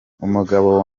umugabo